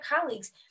colleagues